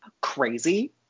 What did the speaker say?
crazy